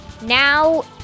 now